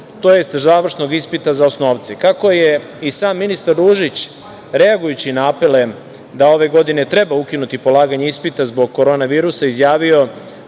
tj. završnog ispita za osnovce. Kako je i sam ministar Ružić reagujući na apele da ove godine treba ukinuti polaganje ispita zbog korona virusa, izjavio